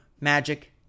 Magic